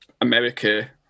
america